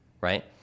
right